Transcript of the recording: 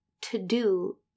to-do